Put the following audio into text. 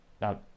Now